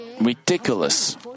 ridiculous